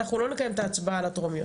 אנחנו לא נקיים את ההצבעה לטרומיות,